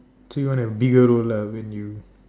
so you want to have bigger room lah when you